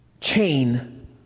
chain